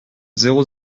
zéro